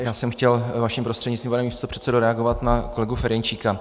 Já jsem chtěl vaším prostřednictvím, pane místopředsedo, reagovat na kolegu Ferjenčíka.